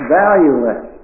valueless